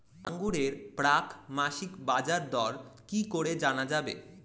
আঙ্গুরের প্রাক মাসিক বাজারদর কি করে জানা যাবে?